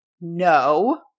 no